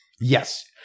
Yes